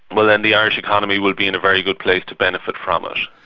well then the irish economy will be in a very good place to benefit from it.